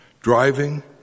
driving